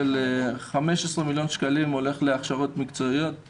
כ-15 מיליון שקלים הולך להכשרות מקצועיות,